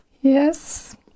Yes